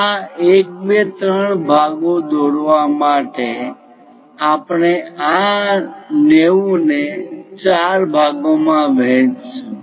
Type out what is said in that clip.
આ 1 2 3 ભાગો દોરવા માટે આપણે આ 90 ને 4 ભાગોમાં વહેંચીશું